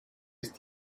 ist